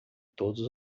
todos